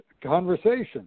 conversation